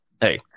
hey